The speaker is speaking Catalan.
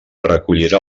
recollirà